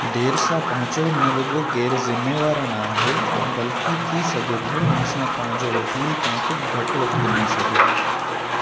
देरि सां पहुचणु न रुगो गै़रु ज़िम्मेवाराना आहे बल्कि थी सघे थो हिन सां तव्हांजो वकील तव्हांखे घटि वक़्तु ॾेइ सघे